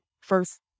first